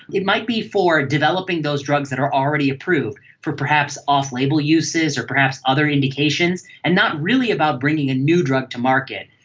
it might be for developing those drugs that are already approved for perhaps off-label uses or perhaps other indications and not really about bringing a new drug to market.